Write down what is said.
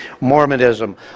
Mormonism